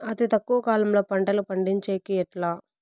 అతి తక్కువ కాలంలో పంటలు పండించేకి ఎట్లా?